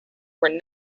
were